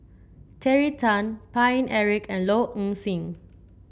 Terry Tan Paine Eric and Low Ing Sing